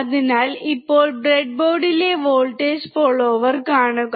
അതിനാൽ ഇപ്പോൾ ബ്രെഡ്ബോർഡിലെ വോൾട്ടേജ് ഫോളോവർ കാണുക